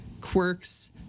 quirks